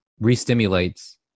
re-stimulates